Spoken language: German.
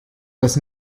das